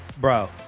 Bro